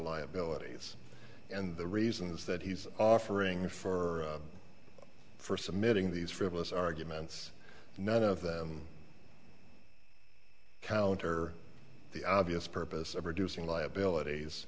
liabilities and the reasons that he's offering for for submitting these frivolous arguments none of them counter the obvious purpose of reducing liabilities